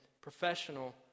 professional